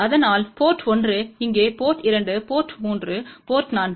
அதனால் போர்ட் 1 இங்கே port 2 port 3 port 4